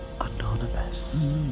anonymous